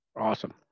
Awesome